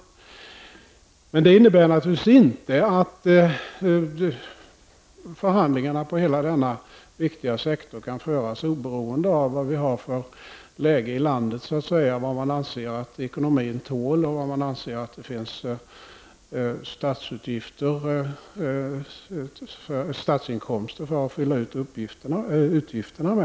Men det innebär naturligtvis inte att förhandlingarna på hela denna viktiga sektor kan föras oberoende av hur läget i landet är och vad man anser att ekonomin tål, dvs. vilka statsinkomster som finns för att klara av utgifterna.